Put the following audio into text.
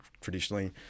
traditionally